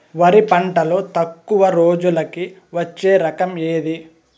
వరి పంటలో తక్కువ రోజులకి వచ్చే రకం ఏది?